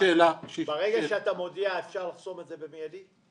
ברגע שאתה מודיע, אפשר לחסום במידי?